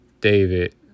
David